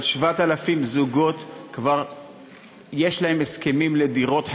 אבל 7,000 זוגות כבר יש להם הסכמים לדירות,